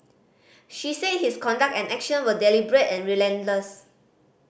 she said his conduct and action were deliberate and relentless